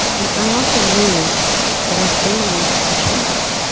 and i also knew that our families are changing.